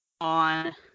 on